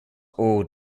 all